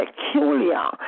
peculiar